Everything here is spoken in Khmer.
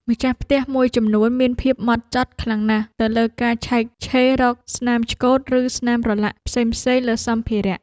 ម្ចាស់ផ្ទះមួយចំនួនមានភាពហ្មត់ចត់ខ្លាំងណាស់ទៅលើការឆែកឆេររកស្នាមឆ្កូតឬស្នាមប្រឡាក់ផ្សេងៗលើសម្ភារៈ។